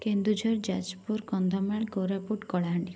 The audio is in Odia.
କେନ୍ଦୁଝର ଯାଜପୁର କନ୍ଧମାଳ କୋରାପୁଟ କଳାହାଣ୍ଡି